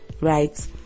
right